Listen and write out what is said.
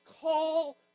call